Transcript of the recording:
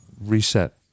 reset